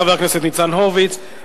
חבר הכנסת ניצן הורוביץ,